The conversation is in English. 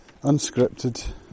unscripted